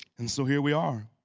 and so here we are